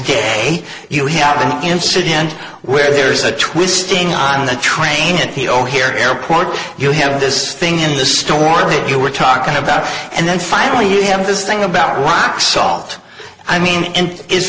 me you have an incident where there's a twisting on the train and he o'hare airport you have this thing in the story you were talking about and then finally you have this thing about rock salt i